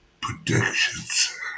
predictions